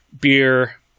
beer